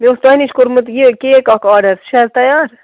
مےٚ اوس تۄہہِ نِش کوٚرمُت یہِ کیک اکھ آرڈر سُہ چھِ حظ تیار